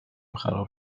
خراب